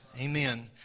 Amen